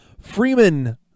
Freeman